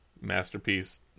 Masterpiece